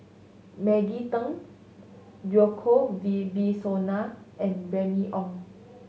Maggie Teng Djoko Wibisono and Remy Ong